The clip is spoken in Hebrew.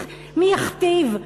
מי יכתיב.